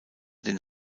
den